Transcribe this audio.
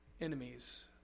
enemies